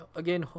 again